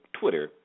Twitter